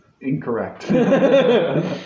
Incorrect